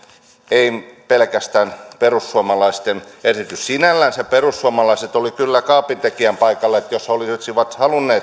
ei pelkästään perussuomalaisten esitys sinällänsä perussuomalaiset olivat kyllä kaapintekijän paikalla että jos olisivat halunneet